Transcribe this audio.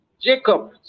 Jacob